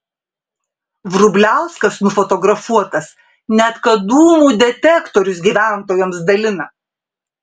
vrubliauskas nufotografuotas net kad dūmų detektorius gyventojams dalina